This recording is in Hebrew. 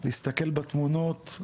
להסתכל בתמונות,